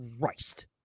Christ